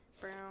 Brown